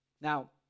Now